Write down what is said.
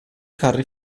carri